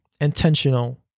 intentional